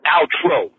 Outro